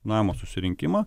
namo susirinkimą